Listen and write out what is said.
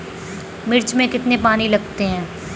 मिर्च में कितने पानी लगते हैं?